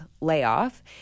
layoff